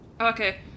Okay